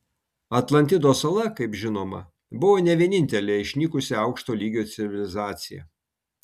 atlantidos sala kaip žinoma buvo ne vienintelė išnykusi aukšto lygio civilizacija